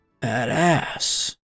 badass